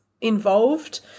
involved